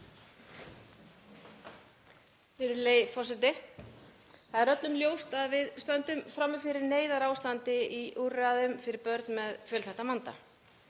Það er öllum ljóst að við stöndum frammi fyrir neyðarástandi í úrræðum fyrir börn með fjölþættan vanda.